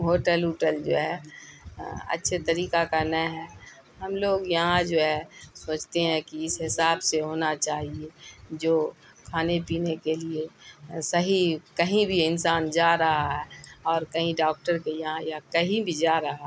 hotel ووٹل جو ہے اچھے طریقہ کا نہیں ہے ہم لوگ یہاں جو ہے سوچتے ہیں کہ اس حساب سے ہونا چاہیے جو کھانے پینے کے لیے صحیح کہیں بھی انسان جا رہا ہے اور کہیں ڈاکٹر کے یہاں یا کہیں بھی جا رہا ہے